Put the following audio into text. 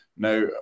Now